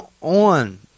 on